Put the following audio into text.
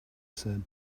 said